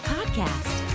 Podcast